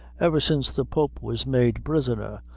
ever since the pope was made prisoner,